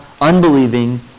unbelieving